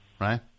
right